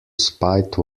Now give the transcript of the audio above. spite